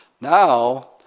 Now